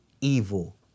evil